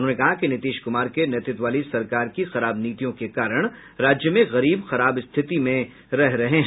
उन्होंने कहा कि नितीश कुमार के नेतृत्व वाली सरकार की खराब नीतियों के कारण राज्य में गरीब खराब स्थिति में रह रहे हैं